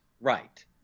Right